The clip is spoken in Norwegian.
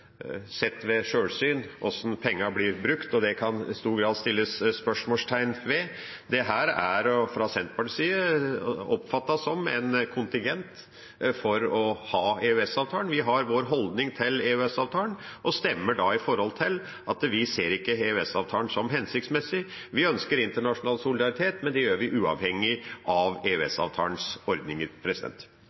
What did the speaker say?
sett hvordan pengene blir brukt, og det kan i stor grad settes spørsmålstegn ved. Dette blir fra Senterpartiets side oppfattet som en kontingent for å ha EØS-avtalen. Vi har vår holdning til EØS-avtalen og stemmer med tanke på at vi ikke ser EØS-avtalen som hensiktsmessig. Vi ønsker internasjonal solidaritet, men det gjør vi uavhengig av EØS-avtalens ordninger.